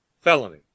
Felony